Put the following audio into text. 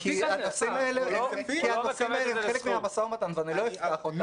הנושאים האלה הם חלק מהמשא-ומתן ואני לא אפתח אותם.